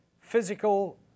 physical